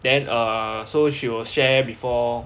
then err so she will share before